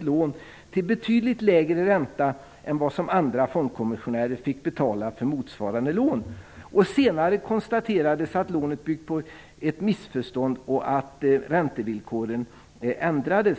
lån till betydligt lägre ränta än vad som andra fondkommissionärer fick betala för motsvarande lån. Senare konstaterades att lånet byggt på ett missförstånd och räntevillkoren ändrades.